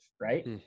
Right